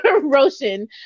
Roshan